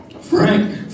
Frank